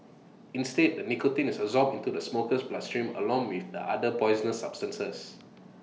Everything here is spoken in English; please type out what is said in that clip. instead the nicotine is absorbed into the smoker's bloodstream along with the other poisonous substances